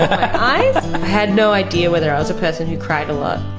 i had no idea whether i was a person who cried a lot,